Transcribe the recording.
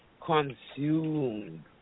consumed